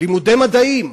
לימודי מדעים,